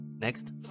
Next